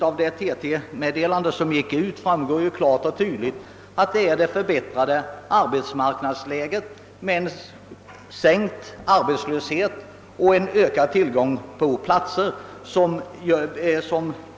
Av det meddelande som utsänts av TT framgår klart och tydligt att denna utveckling beror på det förbättrade arbetsmarknadsläget med en sänkt arbetslöshet och en ökad tillgång till arbetstillfällen.